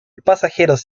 pasajeros